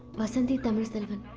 vasanthi tamil selvan